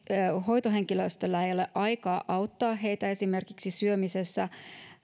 hoitohenkilöstöllä ei ole aikaa auttaa heitä esimerkiksi syömisessä